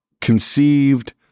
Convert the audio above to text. conceived